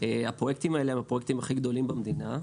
שהפרויקטים האלה הם הכי גדולים במדינה,